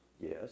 Yes